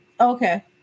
Okay